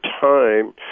time